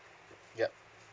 yup